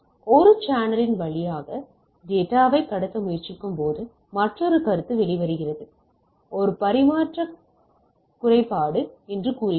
ஒரு சேனலின் வழியாக டேட்டாவை கடத்த முயற்சிக்கும்போது மற்றொரு கருத்து வெளிவருகிறது இது ஒரு பரிமாற்றக் குறைபாடு என்று கூறுகிறோம்